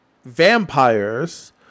vampires